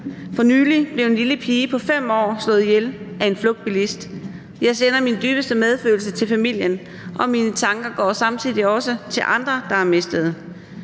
For nylig blev en lille pige på 5 år slået ihjel af en flugtbilist. Jeg sender min dybeste medfølelse til familien, og mine tanker går samtidig også til andre, der har mistet,